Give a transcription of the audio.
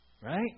Right